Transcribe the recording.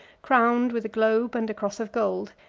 crowned with a globe and cross of gold,